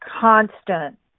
constant